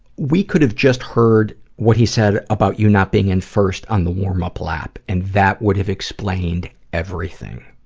we could have just heard what he said about you not being in first on the warm up lap and that would have explained everything.